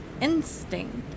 instinct